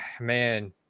man